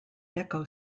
deco